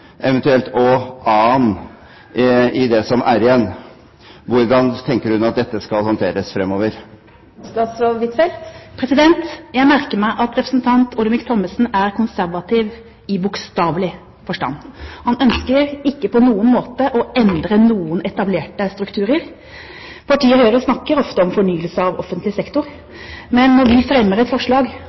og eventuelt A-en i det som er igjen? Hvordan tenker hun at dette skal håndteres fremover? Jeg merker meg at representanten Olemic Thommessen er konservativ i bokstavelig forstand. Han ønsker ikke på noen måte å endre noen etablerte strukturer. Partiet Høyre snakker ofte om fornyelse av offentlig sektor, men når vi fremmer et forslag